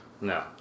no